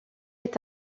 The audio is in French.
est